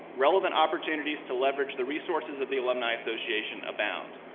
relevant opportunities to leverage the resources of the alumni association abound.